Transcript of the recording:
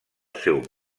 seu